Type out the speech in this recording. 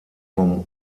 vom